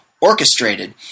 Orchestrated